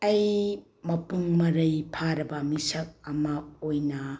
ꯑꯩ ꯃꯄꯨꯡ ꯃꯔꯩ ꯐꯥꯔꯕ ꯃꯤꯁꯛ ꯑꯃ ꯑꯣꯏꯅ